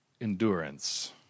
endurance